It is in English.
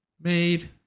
made